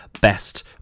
Best